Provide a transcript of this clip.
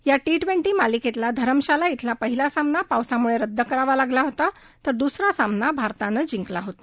या T twenty मालिकेतला धरमशाला इथला पहिला सामना पावसामुळे रद्द करावा लागला होता तर दुसरा सामना भारतानं जिंकला होता